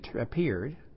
appeared